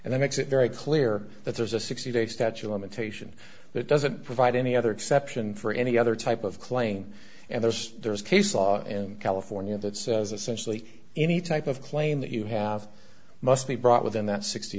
then makes it very clear that there's a sixty day statue limitation that doesn't provide any other exception for any other type of claim and there's there's case law in california that's essentially any type of claim that you have must be brought within that sixty